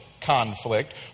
conflict